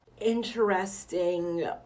interesting